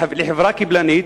לחברה קבלנית,